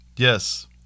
Yes